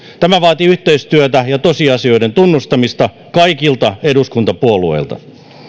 tämä vaatii yhteistyötä ja tosiasioiden tunnustamista kaikilta eduskuntapuolueilta